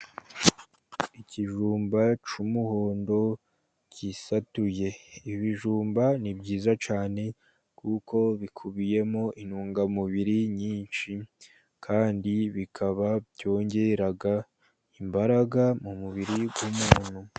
Ikijumba cy'umuhondo cyisatuye, ibijumba ni byiza cyane kuko bikubiyemo intungamubiri nyinshi, kandi bikaba byongera imbaraga mu mubiri w'umuntu.